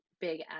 big